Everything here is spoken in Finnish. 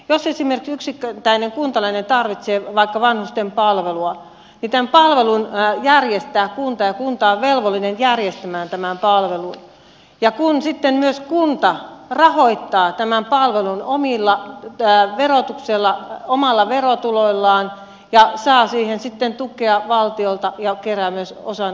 jos esimerkiksi toi tänne kuntalainen tarvitsee vaikka vanhusten palvelu on cembalo ja järjestää tunteja kunta on velvollinen järjestämään tämän palvelun ja kuulin sitten myös kunta rahoittaa tämän palvelun omilla tällä verotuksella omalla verotuloillaan ja saa siihen sitten tukea valtiolta ja kerää myös osan